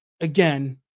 Again